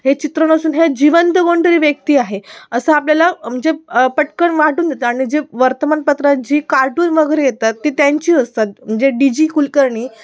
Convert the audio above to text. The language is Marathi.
हे चित्र नसून हे जिवंत कोणीतरी व्यक्ती आहे असं आपल्याला म्हणजे पटकन वाटून जातं आणि जे वर्तमानपत्रात जी कार्टून वगैरे येतात ती त्यांचीच असतात म्हणजे डी जी कुलकर्णी